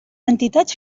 entitats